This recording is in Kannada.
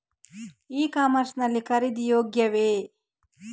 ಇ ಕಾಮರ್ಸ್ ಲ್ಲಿ ಖರೀದಿ ಯೋಗ್ಯವೇ?